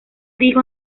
dijo